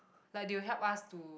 like they will help us to